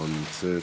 לא נמצאת,